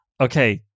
Okay